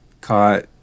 Caught